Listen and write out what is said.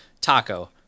Taco